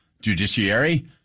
judiciary